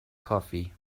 coffee